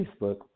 Facebook